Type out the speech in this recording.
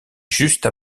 juste